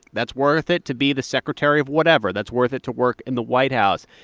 that's worth it to be the secretary of whatever. that's worth it to work in the white house.